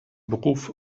beruf